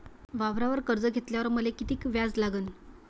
वावरावर कर्ज घेतल्यावर मले कितीक व्याज लागन?